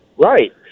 Right